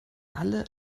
alle